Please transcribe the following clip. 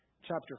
Chapter